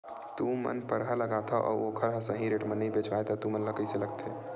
तू मन परहा लगाथव अउ ओखर हा सही रेट मा नई बेचवाए तू मन ला कइसे लगथे?